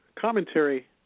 commentary